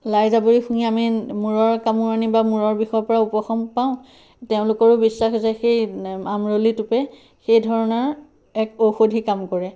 লাই জাবৰি শুঙি আমি মূৰৰ কামোৰণিৰ বা মূৰৰ বিষ পৰা উপশম পাওঁ তেওঁলোকৰো বিশ্বাস যে সেই আমৰলি টোপে সেইধৰণৰ এক ঔষধি কাম কৰে